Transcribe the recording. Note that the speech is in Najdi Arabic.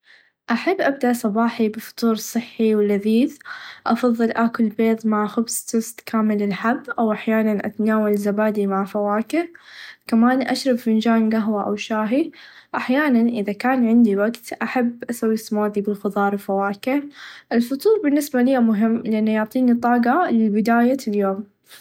أحب أبدأ صباحي بفطور صحي و لذيذ أفظل آكل بيض مع خبز توست كامل الحب او احيانا اتناول زبادي مع فواكه كمان اشرب فنچان قهوه او شاهي احيانا اذا كان عندي وقت احب اسوي سموذي بالخظار و الفواكه الفطور بالنسبه ليا مهم اني يعطيني الطاقه لبدايه اليوم.